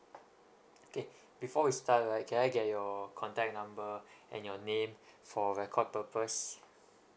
okay before we start right can I get your contact number and your name for record purpose